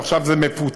ועכשיו זה מפוצץ